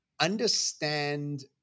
understand